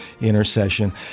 intercession